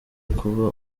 kuba